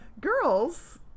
Girls